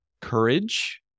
courage